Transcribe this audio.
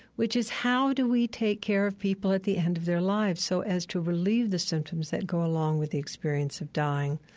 which is how do we take care of people at the end of their lives so as to relieve the symptoms that go along with the experience of dying?